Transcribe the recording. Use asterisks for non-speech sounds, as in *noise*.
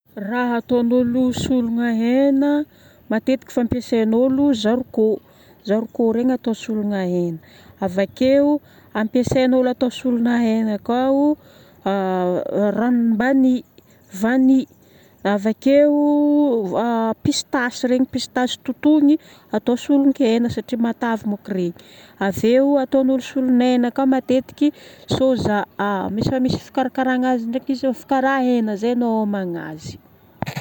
Raha ataon'olo solona hena, matetiky fampiasaign'olo zarikô. Zarikô regny atao solona hena. Avakeo ampiasaign'olo atao solona hena koa ranom-bani. Avakeo *hesitation* pistache regny, pistache totoigny atao solon-kena satria matavy moko regny. Aveo ataon'olo solona hena koa matetiky soja. Efa misy fikarakaragna azy ndraiky izy karaha hena izay homagna azy.